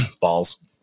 Balls